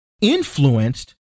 influenced